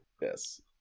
Yes